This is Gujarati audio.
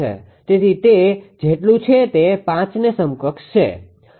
તેથી તે જેટલું છે તે 5ને સમકક્ષ છે